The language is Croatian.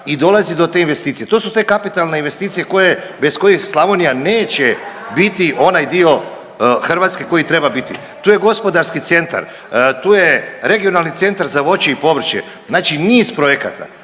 i dolazi do te investicije, to su te kapitalne investicije koje, bez koje Slavonija neće biti onaj dio Hrvatske koji treba biti, tu je gospodarski centar, tu je regionalni centar za voće i povrće, znači niz projekata.